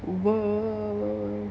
!whoa!